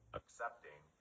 accepting